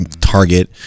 target